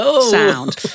sound